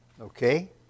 Okay